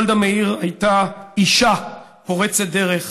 גולדה מאיר הייתה אישה פורצת דרך